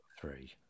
three